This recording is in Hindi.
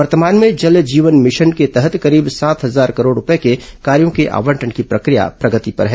वर्तमान में जल जीवन मिशन के तहत करीब सात हजार करोड़ रूपये के कार्यों के आवंटन की प्रक्रिया प्रगति पर है